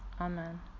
Amen